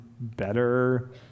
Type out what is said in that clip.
better